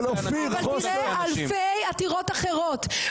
אבל תראה אלפי עתירות אחרות,